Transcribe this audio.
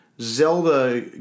Zelda